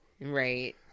right